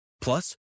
Plus